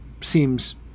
seems